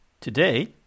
Today